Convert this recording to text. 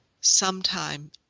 sometime